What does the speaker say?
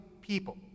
people